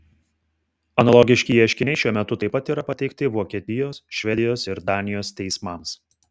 analogiški ieškiniai šiuo metu taip pat yra pateikti vokietijos švedijos ir danijos teismams